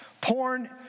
Porn